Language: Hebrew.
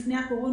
לפני הקורונה,